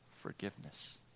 forgiveness